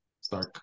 Start